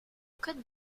could